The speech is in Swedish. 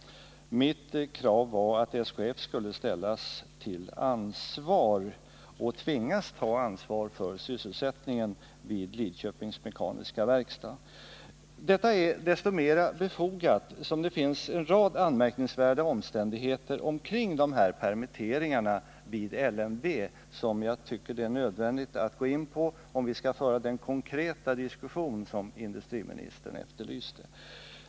Mitt krav var att SKF skulle ställas till svars och tvingas ta ansvar för sysselsättningen vid Lidköpings Mekaniska Verkstad. Det är desto mer befogat som det kring dessa permitteringar vid LMV finns en rad anmärkningsvärda omständigheter, vilka jag tycker det är nödvändigt att gå in på, om vi skall föra den konkreta diskussion som industriministern efterlyste.